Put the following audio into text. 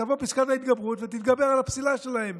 תבוא פסקת ההתגברות ותתגבר על הפסילה שלהם.